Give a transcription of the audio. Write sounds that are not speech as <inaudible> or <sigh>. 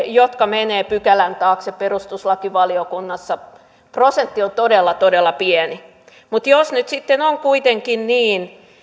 <unintelligible> jotka menevät pykälän taakse perustuslakivaliokunnassa prosentti on todella todella pieni mutta jos nyt sitten on kuitenkin niin